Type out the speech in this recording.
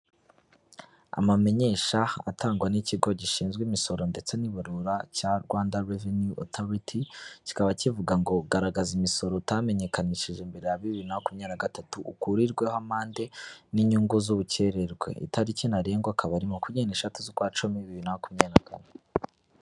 Amamenyesha atangwa n'ikigo gishinzwe imisoro ndetse n'ibarura cya Rwanda reveni otoriti, kikaba kivuga ngo garagaza imisoro utamenyekanishije mbere ya bibiri na makumyabiri na gatatu, ukurirweho amande n'inyungu z'ubukererwe, itariki ntarengwa akaba ari makumyabiri n'eshatu z'ukwa Cumi bibiri na makumyabiri na kane.